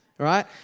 Right